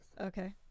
Okay